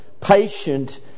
patient